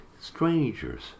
Strangers